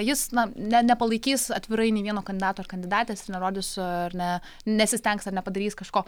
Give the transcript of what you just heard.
jis na ne nepalaikys atvirai nė vieno kandidato ar kandidatės ir nerodys ar ne nesistengs ar nepadarys kažko